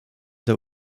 der